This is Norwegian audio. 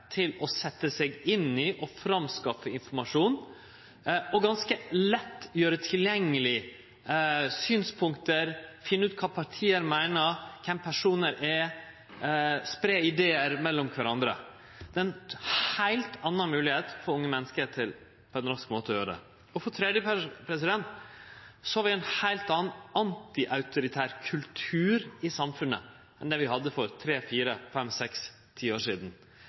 til å setje seg inn i og framskaffe informasjon og ganske lett gjere tilgjengeleg synspunkt, finne ut kva parti meiner, kven personar er, spreie idear mellom kvarandre – ei heilt anna moglegheit for unge menneske til på ein rask måte å gjere det. Det tredje er at vi har ein heilt annan antiautoritær kultur i samfunnet enn det vi hadde for